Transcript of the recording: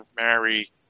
marry